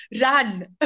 Run